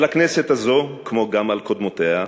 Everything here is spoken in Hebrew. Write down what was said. על הכנסת הזאת, כמו על קודמותיה,